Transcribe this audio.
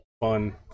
fun